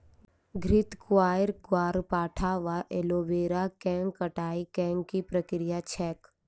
घृतक्वाइर, ग्यारपाठा वा एलोवेरा केँ कटाई केँ की प्रक्रिया छैक?